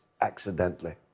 accidentally